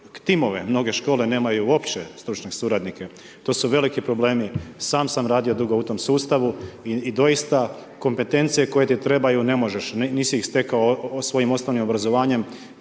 timove, mnoge škole nemaju uopće stručne suradnike. To su veliki problemi, sam sam radio dugo u tom sustavu i doista kompetencije koje ti trebaju, ne možeš, nisi ih stekao svojim osnovnim obrazovanjem